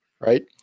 Right